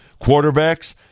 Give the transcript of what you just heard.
quarterbacks